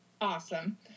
awesome